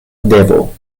devo